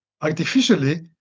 artificially